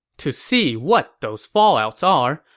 to see what those fallouts are,